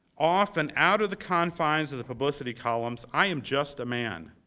off and out of the confines of the publicity columns, i am just a man.